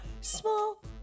Small